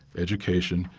education,